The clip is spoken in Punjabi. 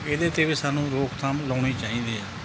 ਇਹਦੇ 'ਤੇ ਵੀ ਸਾਨੂੰ ਰੋਕਥਾਮ ਲਾਉਣੀ ਚਾਹੀਦੀ ਆ